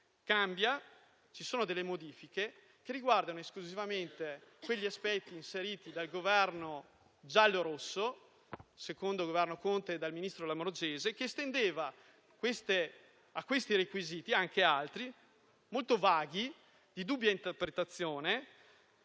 Ci sono modifiche che riguardano esclusivamente gli aspetti inseriti dal Governo giallorosso, dal Governo Conte II e dal ministro Lamorgese, che estendeva questi requisiti aggiungendone anche altri, molto vaghi e di dubbia interpretazione,